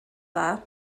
dda